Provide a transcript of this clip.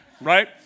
right